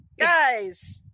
guys